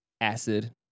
acid